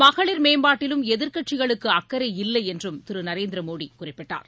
மகளிர் மேம்பாட்டிலும் எதிர்கட்சிகளுக்கு அக்கறை இல்லை என்றும் திரு நரேந்திர மோடி குறிப்பிட்டார்